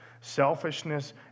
selfishness